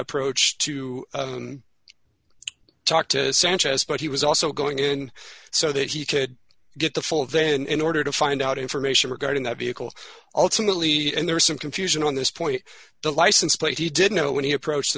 approach to talk to sanchez but he was also going in so that he could get the full then in order to find out information regarding that vehicle ultimately and there's some confusion on this point the license plate he didn't know when he approach